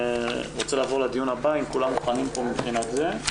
הישיבה ננעלה בשעה 10:40.